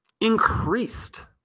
increased